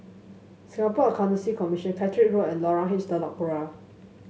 Singapore Accountancy Commission Caterick Road and Lorong H Telok Kurau